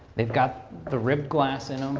they've got the ribbed glass in